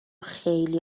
خیلی